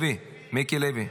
לוי, מיקי לוי.